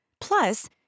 Plus